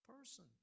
person